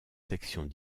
sections